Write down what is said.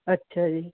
ਅੱਛਾ ਜੀ